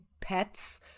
pets